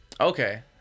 Okay